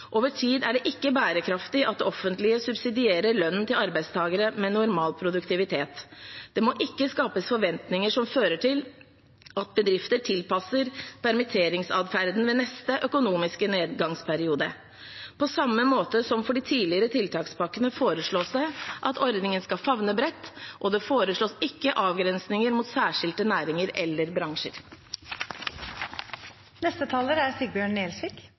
Over tid er det ikke bærekraftig at det offentlige subsidierer lønnen til arbeidstakere med normal produktivitet. Det må ikke skapes forventninger som fører til at bedrifter tilpasser permitteringsatferden ved neste økonomiske nedgangsperiode. På samme måte som for de tidligere tiltakspakkene, foreslås det at ordningen skal favne bredt, og det foreslås ikke avgrensninger mot særskilte næringer eller